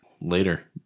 later